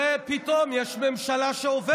ופתאום יש ממשלה שעובדת.